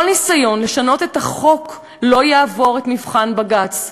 כל ניסיון לשנות את החוק לא יעבור את מבחן בג"ץ,